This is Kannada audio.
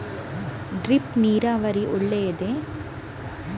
ಡ್ರಿಪ್ ನೀರಾವರಿ ಒಳ್ಳೆಯದೇ?